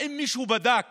האם מישהו בדק